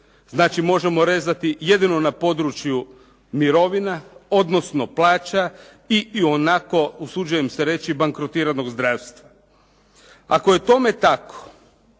Znači možemo rezati jedino na području mirovina, odnosno plaća i onako usuđujem se reći bankrotiranog zdravstva. Ako je tome tako